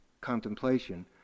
contemplation